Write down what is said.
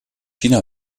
china